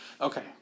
Okay